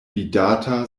vidata